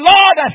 Lord